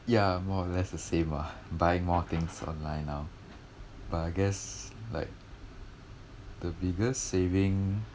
yeah more or less the same lah buying more things online now but I guess like the biggest saving